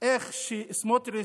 איך סמוטריץ'